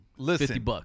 Listen